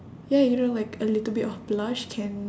ya you know like a little bit of blush can